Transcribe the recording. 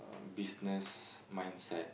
business mindset